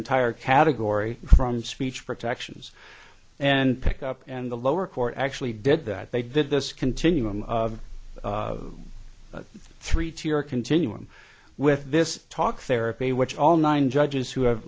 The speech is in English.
entire category from speech protections and pick up and the lower court actually did that they did this continuum of three to your continuing with this talk therapy which all nine judges who